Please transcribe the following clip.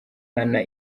nkana